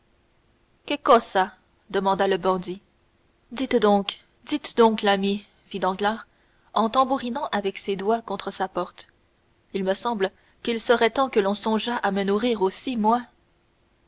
che cosa demanda le bandit dites donc dites donc l'ami fit danglars en tambourinant avec ses doigts contre sa porte il me semble qu'il serait temps que l'on songeât à me nourrir aussi moi